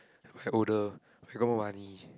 if I older if I got more money